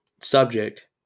subject